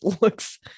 looks